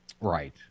Right